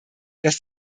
dass